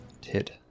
hit